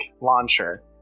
launcher